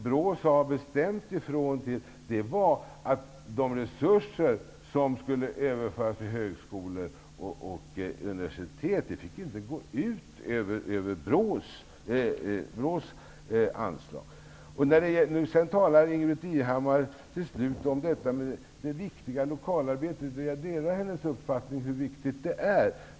BRÅ sade bestämt ifrån att det faktum att resurser skulle överföras till högskolor och universitet inte fick gå ut över Ingbritt Irhammar talade avslutningsvis om det viktiga lokalarbetet. Jag delar hennes uppfattning om hur viktigt det är.